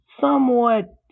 somewhat